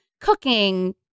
cooking